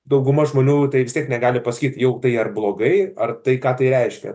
dauguma žmonių tai vis tiek negal pasakyt jog tai ar blogai ar tai ką tai reiškia